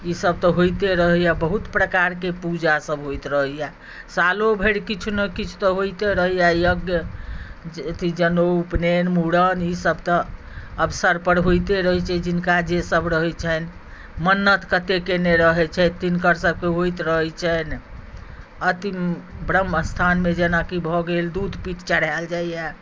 ई सब तऽ होइते रहैया बहुत प्रकारके पूजा सब होइत रहैया सालो भरि किछु ने किछु तऽ होइते रहैया यज्ञ अथी जनउ ऊपनैन मुड़न ई सब तऽ अवसर पर होइते रहैत छै जिनका जे सब रहैत छनि मन्नत कते कयने रहैत छथि तिनकर सबके होइत रहैत छनि अथी ब्रह्म स्थानमे जेनाकि भऽ गेल दूध पीठ चढ़ाएल जाइया